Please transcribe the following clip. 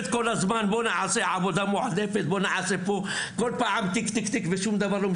במהלכה ייחשפו לעובדים הפוטנציאליים ולמידת ההתאמה שלהם לתחום,